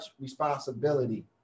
responsibility